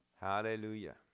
Hallelujah